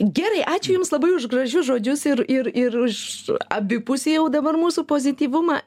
gerai ačiū jums labai už gražius žodžius ir ir ir už abipusį jau dabar mūsų pozityvumą